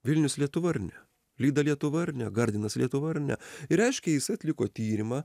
vilnius lietuva ar ne lyda lietuva ar ne gardinas lietuva ar ne reiškia jis atliko tyrimą